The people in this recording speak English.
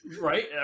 right